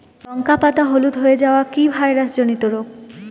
লঙ্কা পাতা হলুদ হয়ে যাওয়া কি ভাইরাস জনিত রোগ?